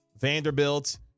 Vanderbilt